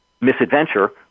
misadventure